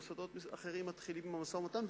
מוסדות אחרים מתחילים עם המשא-ומתן,